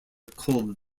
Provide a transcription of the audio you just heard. called